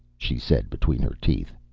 she said between her teeth.